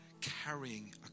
carrying